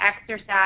exercise